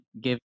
give